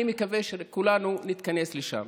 אני מקווה שכולנו נתכנס לשם.